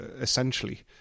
essentially